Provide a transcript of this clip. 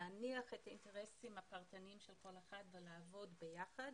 להניח את האינטרסים הפרטניים של כל אחד אלא לעבוד ביחד.